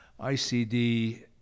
ICD